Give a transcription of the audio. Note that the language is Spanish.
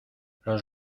los